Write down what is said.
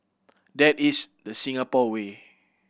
that is the Singapore way